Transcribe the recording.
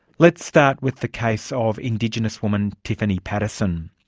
let's start with the case of indigenous women tiffany paterson.